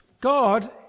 God